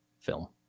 film